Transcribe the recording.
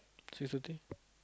six thirty